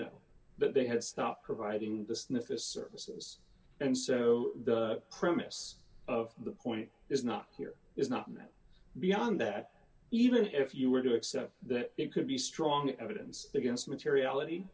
know that they had stopped providing the sniffles services and so the premise of the point is not here is not in that beyond that even if you were to accept that it could be strong evidence against materiality